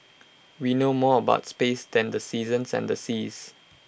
we know more about space than the seasons and the seas